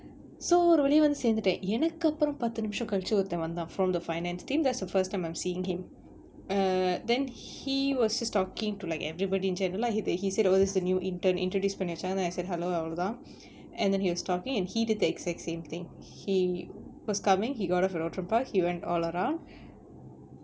so ஒரு வழியா வந்து சேந்துட்டேன் எனக்கப்பறம் பத்து நிமிசம் கழிச்சு ஒருத்தன் வந்தான்:oru valiyaa vanthu senthuttaen enakkapparam patthu nimisam kalichu oruthan vanthan from the finance team that's the first time I'm seeing him err then he was just talking to like everybody in general lah the he said oh this is the new intern introduce பண்ணி வெச்சான்:panni vechan then I said hello அவருதான்:avaruthaan then he was talking and he did the exact same thing he was coming he got off at outram park he went all around